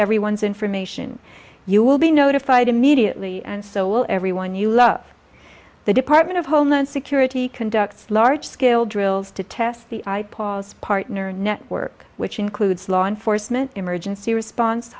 everyone's information you will be notified immediately and so will everyone you love the department of homeland security conducts large scale drills to test the eye paul's partner network which includes law enforcement emergency response